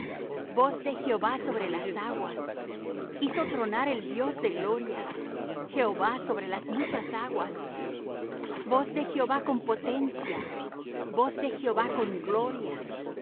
voz de jehová sobre las aguas hizo tronar el dios de gloria jehová sobre las muchas aguas voz de jehová con potencia voz de jehová con gloria